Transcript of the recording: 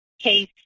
case